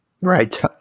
Right